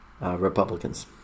Republicans